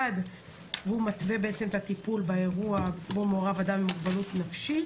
והוא מתווה בעצם את הטיפול באירוע בו מעורב אדם עם מוגבלות נפשית.